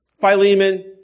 Philemon